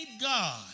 God